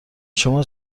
شما